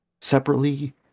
separately